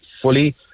fully